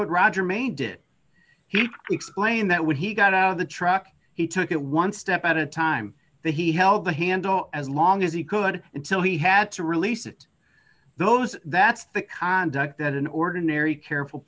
what roger mayne did he explained that when he got out of the truck he took it one step at a time that he held the handle as long as he could until he had to release it those that's the conduct that an ordinary careful